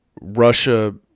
Russia